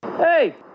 Hey